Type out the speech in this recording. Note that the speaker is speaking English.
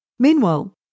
Meanwhile